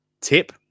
tip